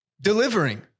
delivering